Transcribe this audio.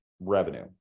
revenue